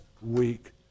week